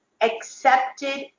accepted